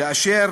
כאשר